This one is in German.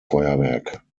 feuerwerk